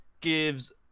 gives